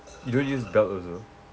you don't use belt also